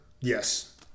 yes